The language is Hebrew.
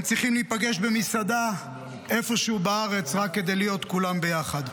הם צריכים להיפגש במסעדה איפשהו בארץ רק כדי להיות כולם ביחד.